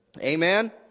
Amen